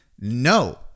no